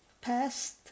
past